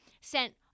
sent